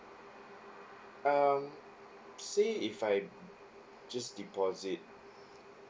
um say if I just deposit